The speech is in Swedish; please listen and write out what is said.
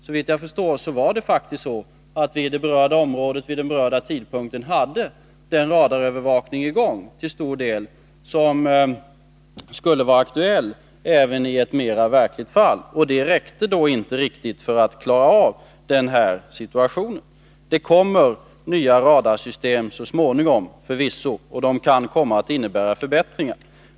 Såvitt jag förstår var det faktiskt så att vi i det berörda området vid den berörda tidpunkten till stor del hade den radarövervakning som skulle vara aktuell även i ett mera verkligt fall, och det räckte inte riktigt för att klara av denna situation. Det kommer nya radarsystem så småningom. Förvisso, de kan komma att innebära förbättringar.